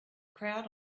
crowd